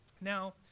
now